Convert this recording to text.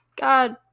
God